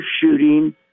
shooting